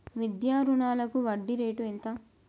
విద్యా రుణాలకు వడ్డీ రేటు ఎంత?